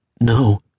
no